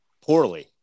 poorly